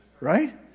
right